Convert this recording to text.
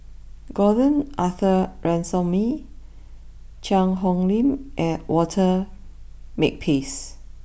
Gordon Arthur Ransome Cheang Hong Lim and Walter Makepeace